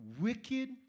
wicked